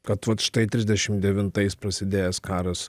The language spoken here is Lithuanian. kad vat štai trisdešimt devintais prasidėjęs karas